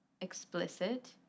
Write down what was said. explicit